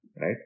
right